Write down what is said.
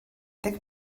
deg